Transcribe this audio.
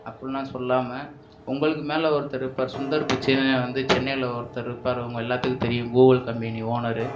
அப்பிடில்லாம் சொல்லாமல் உங்களுக்கு மேலே ஒருத்தர்இருப்பார் சுந்தர் பிச்சையினு வந்து சென்னையில் ஒருத்தர்இருப்பாரு உங்கள் எல்லாத்துக்கும் தெரியும் கூகுள் கம்பேனி ஓனரு